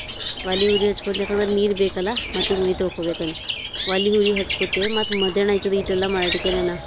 ಒಲೆ ಉರಿ ಹಚ್ಕೋಬೇಕಂದ್ರೆ ನೀರು ಬೇಕಲ್ಲ ಮತ್ತು ಈಗ ಮೈ ತೊಳ್ಕೋಬೇಕಲ್ಲ ಒಲಿ ಉರಿ ಹಚ್ಕೋತೆ ಮತ್ತು ಮಧ್ಯಾಹ್ನ ಆಯ್ತದೆ ಈಟೆಲ್ಲ ಮಾಡ್ಲಿಕ್ಕೆನಾನ